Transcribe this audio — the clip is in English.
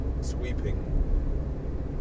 sweeping